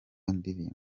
indirimbo